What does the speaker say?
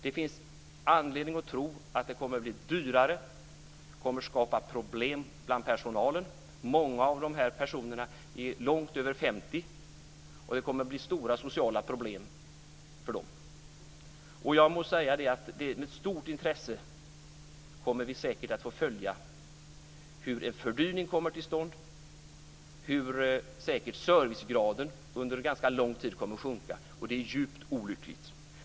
Det finns anledning att tro att det kommer att bli dyrare. Det kommer att skapa problem bland personalen. Många av dessa personer är över 50. Det kommer att bli stora sociala problem för dem. Jag må säga att det är med stort intresse vi säkert kommer att få följa hur en fördyring kommer till stånd, hur servicegraden under en ganska lång tid kommer att sjunka. Det är djupt olyckligt.